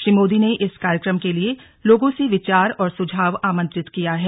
श्री मोदी ने इस कार्यक्रम के लिए लोगों से विचार और सुझाव आमंत्रित किया है